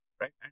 Right